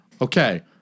Okay